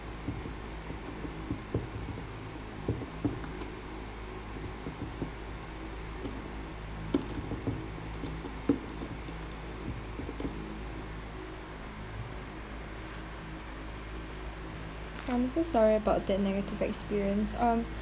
I'm so sorry about that negative bad experience um